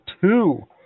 Two